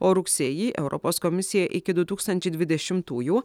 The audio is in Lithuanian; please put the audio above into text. o rugsėjį europos komisija iki du tūktančiai dvidešimtųjų